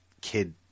kid